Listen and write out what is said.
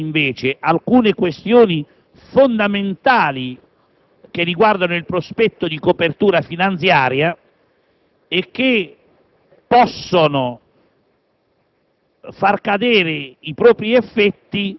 noi intendiamo porre, invece, alcune questioni fondamentali che riguardano il prospetto di copertura finanziaria e che possono